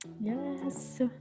yes